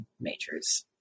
majors